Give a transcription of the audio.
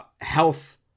health